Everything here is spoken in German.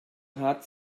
hat